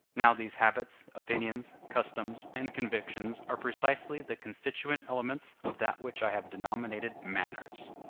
now these habits, opinions, customs, and convictions are precisely the constituent elements of that which i have denominated manners.